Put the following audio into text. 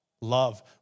Love